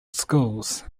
schools